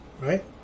Right